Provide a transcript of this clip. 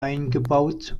eingebaut